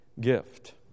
gift